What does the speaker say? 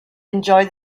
enjoy